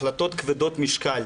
החלטות כבדות משקל.